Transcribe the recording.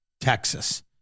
Texas